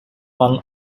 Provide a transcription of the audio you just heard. one